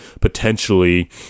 potentially